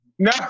No